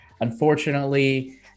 Unfortunately